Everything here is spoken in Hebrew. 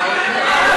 וואו, איזה איום.